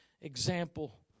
example